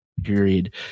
period